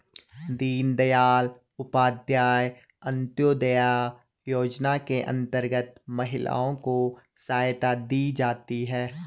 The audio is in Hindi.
दीनदयाल उपाध्याय अंतोदय योजना के अंतर्गत महिलाओं को सहायता दी जाती है